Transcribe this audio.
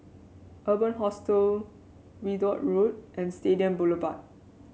Urban Hostel Ridout Road and Stadium Boulevard